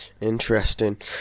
Interesting